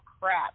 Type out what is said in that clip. crap